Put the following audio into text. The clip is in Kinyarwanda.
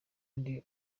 ndi